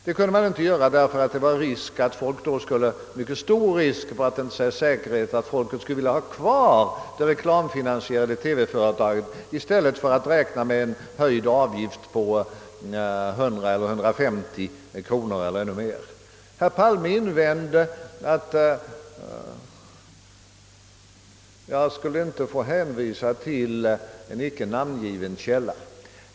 Det kunde man inte göra därför att det var en väldig risk — och den är säkert mycket stor — att folk skulle vilja ha kvar det reklamfinansierade TV-företaget i stället för att behöva räkna med en höjning av licensavgiften med 100 eller 150 kronor eller mer. Herr Palme invände att jag inte skulle få hänvisa till en icke namngiven källa.